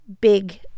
big